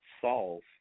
solve